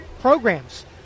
programs